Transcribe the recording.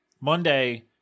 Monday